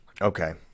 Okay